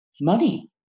money